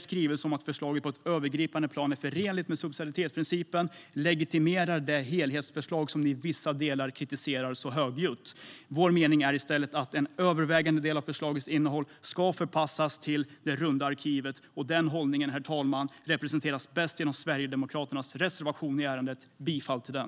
Skrivelsen om att förslaget på ett övergripande plan är förenligt med subsidiaritetsprincipen legitimerar det helhetsförslag man i vissa delar så högljutt kritiserar. Vår mening är i stället att en övervägande del av förslagets innehåll ska förpassas till det runda arkivet. Den hållningen, herr talman, representeras bäst genom Sverigedemokraternas reservation i ärendet. Jag yrkar bifall till den.